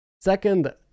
Second